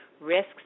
risks